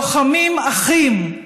לוחמים אחים.